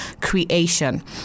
creation